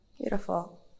Beautiful